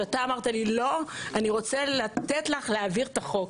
אתה אמרת לי, לא, אני רוצה לתת לך להעביר את החוק.